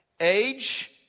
age